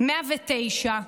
109,